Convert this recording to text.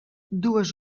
dues